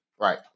Right